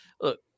look